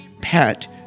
Pet